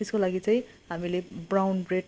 त्यसको लागि चाहिँ हामीले ब्राउन ब्रेड